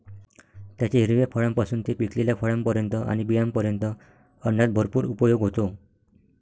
त्याच्या हिरव्या फळांपासून ते पिकलेल्या फळांपर्यंत आणि बियांपर्यंत अन्नात भरपूर उपयोग होतो